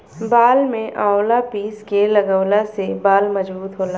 बाल में आवंला पीस के लगवला से बाल मजबूत होला